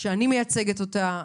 שאני מייצגת אותה,